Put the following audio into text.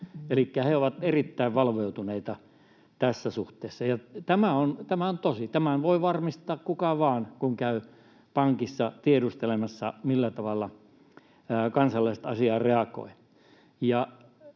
elikkä he ovat erittäin valveutuneita tässä suhteessa, ja tämä on tosi. Tämän voi varmistaa kuka vain, kun käy pankissa tiedustelemassa, millä tavalla kansalaiset asiaan reagoivat.